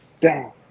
Down